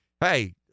hey